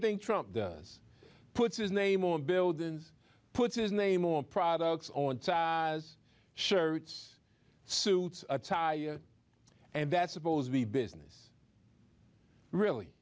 thing trump does puts his name on buildings puts his name or products on saas shirts suits and that's supposed to be business really